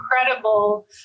incredible